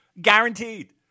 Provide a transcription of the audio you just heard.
guaranteed